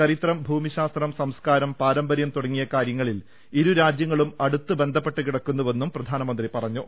ചരിത്രം ഭൂമിശാസ്ത്രം സംസ്കാരം പാരമ്പര്യം തുടങ്ങിയ കാര്യങ്ങളിൽ ഇരു രാജ്യങ്ങളും അടുത്ത് ബന്ധപ്പെട്ടുകിടക്കുന്നുവെന്നും പ്രധാനമന്ത്രി പറഞ്ഞു